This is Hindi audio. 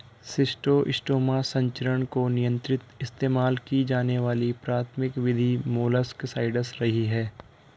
शिस्टोस्टोमा संचरण को नियंत्रित इस्तेमाल की जाने वाली प्राथमिक विधि मोलस्कसाइड्स रही है